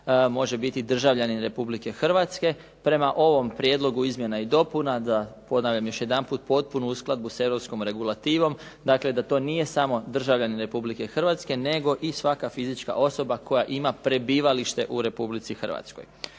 može biti državljanin Republike Hrvatske. Prema ovom prijedlogu izmjena i dopuna da ponovim još jedanput potpunu uskladbu s europskom regulativom, dakle da to nije samo državljanin Republike Hrvatske, nego i svaka fizička osoba koja ima prebivalište u Republici Hrvatskoj.